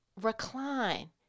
recline